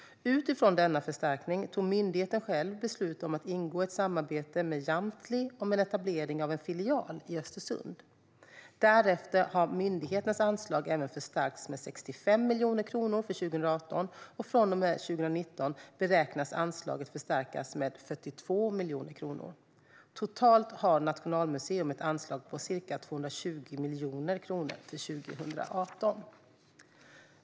Utifrån denna förstärkning tog myndigheten själv beslut om att ingå ett samarbete med Jamtli om en etablering av en filial i Östersund. Därefter har myndighetens anslag även förstärkts med 65 miljoner kronor för 2018, och från och med 2019 beräknas anslaget förstärkas med 42 miljoner kronor. Totalt har Nationalmuseum ett anslag på ca 220 miljoner kronor för 2018.